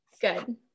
Good